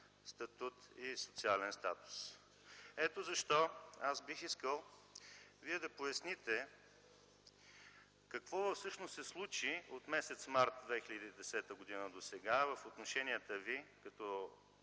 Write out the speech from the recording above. статут и социален статус. Ето защо аз бих искал Вие да поясните какво всъщност се случи от март 2010 г. досега в отношенията Ви като